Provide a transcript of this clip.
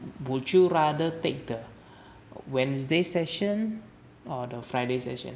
would you rather take the wednesday session or the friday session